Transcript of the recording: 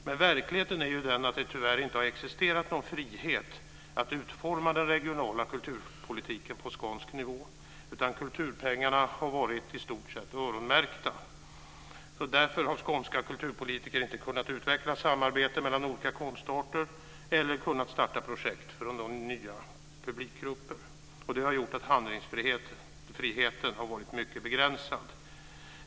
Men verkligheten är den att det tyvärr inte har existerat någon frihet att utforma den regionala kulturpolitiken på skånsk nivå, utan kulturpengarna har i stort sett varit öronmärkta. Därför har skånska kulturpolitiker inte kunnat utveckla samarbete mellan olika konstarter eller kunnat starta projekt för att nå nya publikgrupper. Det har gjort att handlingsfriheten har varit mycket begränsad.